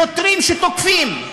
שוטרים שתוקפים,